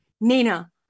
Nina